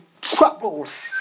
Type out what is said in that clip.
troubles